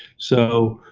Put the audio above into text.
so,